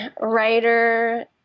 writer